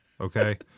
Okay